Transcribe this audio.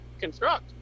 construct